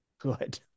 good